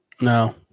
No